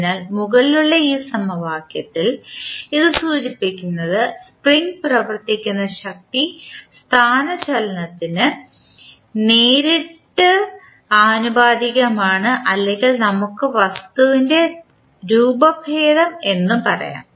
അതിനാൽ മുകളിലുള്ള ഈ സമവാക്യത്തിൽ ഇത് സൂചിപ്പിക്കുന്നത് സ്പ്രിംഗ് പ്രവർത്തിക്കുന്ന ശക്തി സ്ഥാനചലനത്തിന് നേരിട്ട് ആനുപാതികമാണ് അല്ലെങ്കിൽ നമുക്ക് വസ്തുവിൻറെ രൂപഭേദം എന്ന് പറയാം